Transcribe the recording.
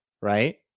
right